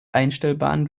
einstellbaren